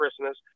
Christmas